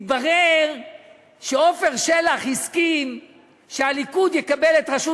התברר שעפר שלח הסכים שהליכוד יקבל את ראשות